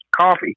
coffee